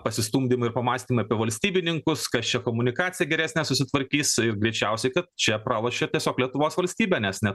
pasistumdymai ir pamąstymai apie valstybininkus kas čia komunikacija geresnė susitvarkys greičiausiai kad čia pralošia tiesiog lietuvos valstybė nes ne